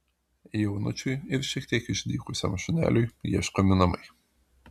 jaunučiui ir šiek tiek išdykusiam šuneliui ieškomi namai